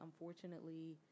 Unfortunately